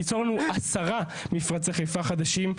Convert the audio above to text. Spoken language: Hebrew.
ליצור לנו 10 מפרצי חיפה חדשים.